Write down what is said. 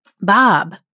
Bob